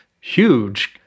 huge